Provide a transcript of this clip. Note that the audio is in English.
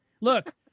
Look